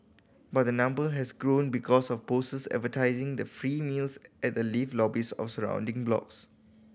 but the number has grown because of posts advertising the free meals at the lift lobbies of surrounding blocks